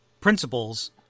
principles